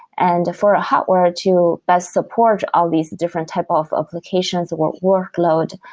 and for ah hardware to best support all these different type of applications or workload,